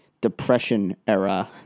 depression-era